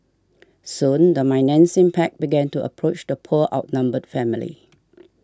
soon the menacing pack began to approach the poor outnumbered family